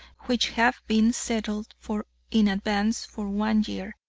which have been settled for in advance for one year,